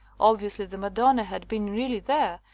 obviously the madonna had been really there,